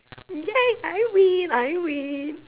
ya I win I win